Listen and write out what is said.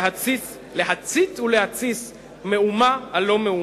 להצית ולהתסיס מהומה על לא מאומה.